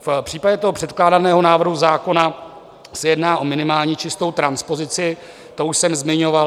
V případě předkládaného návrhu zákona se jedná o minimální čistou transpozici, to už jsem zmiňoval.